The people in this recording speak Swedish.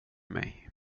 mig